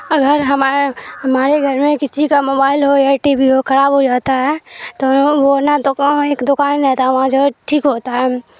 اگر ہمارے ہمارے گھر میں کسی کا موبائل ہو یا ٹی وی ہو خراب ہو جاتا ہے تو وہ نہ تو ایک دکان رہتا وہاں جو ہے ٹھیک ہوتا ہے